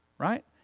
right